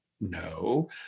No